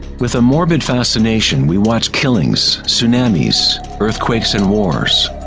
with a morbid facination we watch killings, tsunamis, earthquakes and wars.